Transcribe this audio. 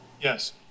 Yes